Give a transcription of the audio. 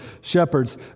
shepherds